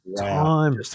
Time